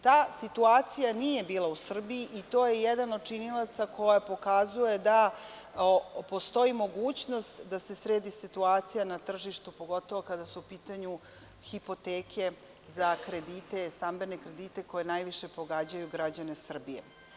Ta situacija nije bila u Srbiji i to je jedan od činilaca koji pokazuje da postoji mogućnost da se sredi situacija na tržištu, pogotovo kada su u pitanju hipoteke za kredite, stambene kredite, koje najviše pogađaju građane Srbije.